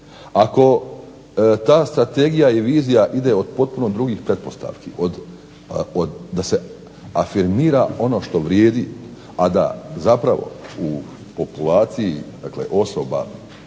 ako ta strategija i vizija ide od potpuno drugih pretpostavki od da se afirmira ono što vrijedi, a da zapravo u populaciji dakle